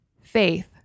faith